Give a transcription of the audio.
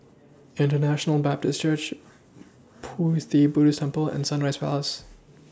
International Baptist Church Pu Ti Buddhist Temple and Sunrise Place